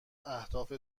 اهداف